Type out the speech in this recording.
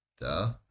Duh